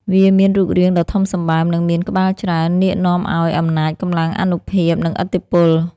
វាមានរូបរាងដ៏ធំសម្បើម និងមានក្បាលច្រើន នាគតំណាងឱ្យ អំណាច កម្លាំង អានុភាព និង ឥទ្ធិពល។